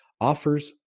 offers